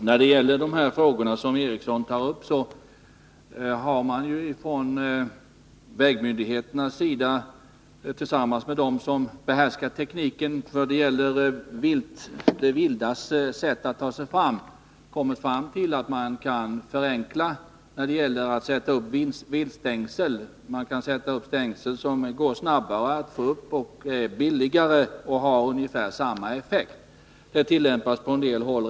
Herr talman! Beträffande de frågor som Karl Erik Eriksson tog upp vill jag framhålla att vägmyndigheterna, tillsammans med dem som känner till viltet när det gäller att röra sig, ju kommit fram till att det går att förenkla tillvägagångssättet vid uppsättande av viltstängsel. Det går att sätta upp stängsel både snabbare och billigare, samtidigt som effektiviteten blir ungefär densamma som förut. Systemet tillämpas redan på en del håll.